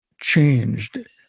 changed